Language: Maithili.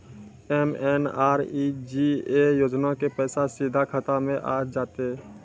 एम.एन.आर.ई.जी.ए योजना के पैसा सीधा खाता मे आ जाते?